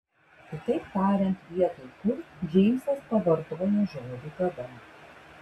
kitaip tariant vietoj kur džeimsas pavartojo žodį kada